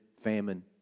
famine